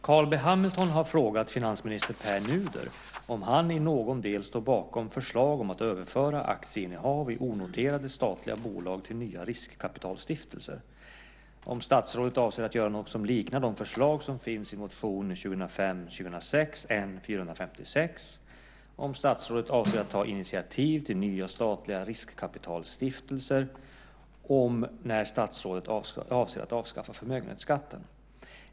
Carl B Hamilton har frågat finansminister Pär Nuder om han i någon del står bakom förslag om att överföra aktieinnehav i onoterade statliga bolag till nya riskkapitalstiftelser, om statsrådet avser att göra något som liknar de förslag som finns i motion 2005/06:N456, om statsrådet avser att ta initiativ till nya statliga riskkapitalstiftelser och om när statsrådet avser att avskaffa förmögenhetsskatten.